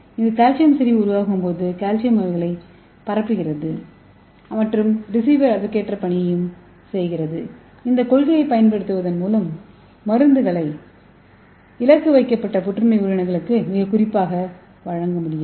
இது கால்சியம் செறிவு உருவாகும் போது கால்சியம் அலைகளை பரப்புகிறது மற்றும் ரிசீவர் அதற்கேற்ப பணியை செய்கிறது இந்த கொள்கையைப் பயன்படுத்துவதன் மூலம் மருந்துகளை இலக்கு வைக்கப்பட்ட புற்றுநோய் உயிரணுக்களுக்கு மிக குறிப்பாக வழங்க முடியும்